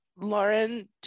Lauren